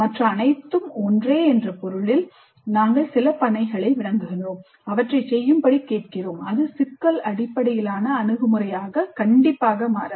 மற்ற அனைத்தும் ஒன்றே என்ற பொருளில் நாங்கள் சில பணிகளை வழங்குகிறோம் அவற்றைச் செய்யும்படி கேட்கிறோம் அது சிக்கல் அடிப்படையிலான அணுகுமுறையாக மாறாது